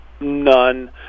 None